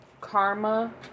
karma